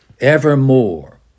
evermore